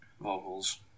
vocals